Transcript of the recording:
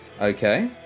Okay